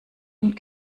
und